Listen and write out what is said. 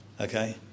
Okay